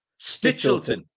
Stitchleton